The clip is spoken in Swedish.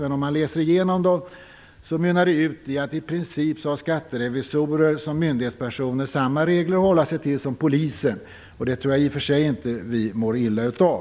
Men om man läser igenom dem ser man att de mynnar ut i att skatterevisorer som myndighetspersoner har i princip samma regler att hålla sig till som polisen. Det tror jag i och för sig att vi inte mår illa av.